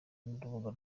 n’urubuga